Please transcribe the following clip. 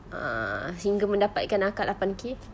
ah hingga mendapatkan akak lapan K